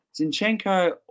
Zinchenko